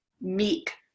meek